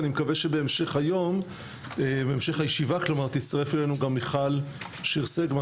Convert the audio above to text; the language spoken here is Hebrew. אני מקווה שבהמשך הישיבה תצטרף אלינו גם מיכל שיר סגמן,